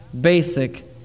basic